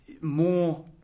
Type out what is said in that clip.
more